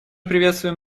приветствуем